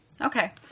Okay